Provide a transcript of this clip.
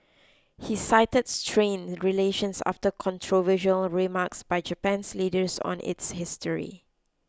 he cited strained relations after controversial remarks by Japan's leaders on its history